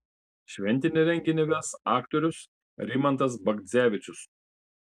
šventinį renginį ves aktorius rimantas bagdzevičius